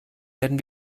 werden